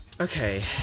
Okay